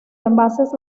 envases